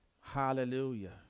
hallelujah